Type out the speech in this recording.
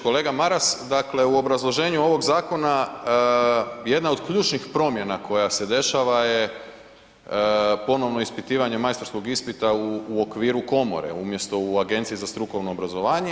Kolega Maras, dakle u obrazloženju ovog zakona jedna od ključnih promjena koja se dešava je ponovno ispitivanje majstorskog ispita u okviru komore umjesto u agenciji za strukovno obrazovanje.